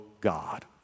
God